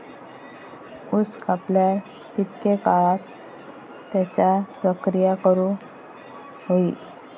ऊस कापल्यार कितके काळात त्याच्यार प्रक्रिया करू होई?